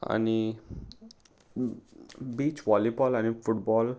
आनी beach volleyball आनी football